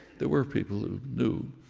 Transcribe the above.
there were people who knew,